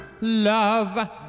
Love